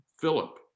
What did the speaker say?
Philip